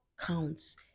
counts